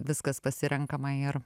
viskas pasirenkama ir